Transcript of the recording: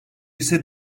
ise